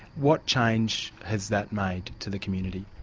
what change has that made to the community?